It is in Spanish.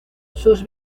sus